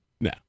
No